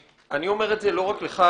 אני אומר את זה לא רק לך,